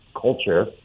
culture